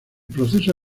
proceso